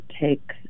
take